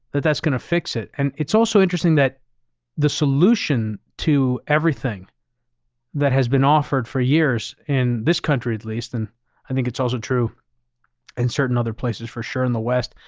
that that's going to fix it. and it's also interesting that the solution to everything that has been offered for years in this country at least, and i think it's also true in certain other places for sure in the west,